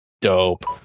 dope